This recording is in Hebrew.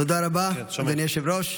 תודה רבה, אדוני היושב-ראש.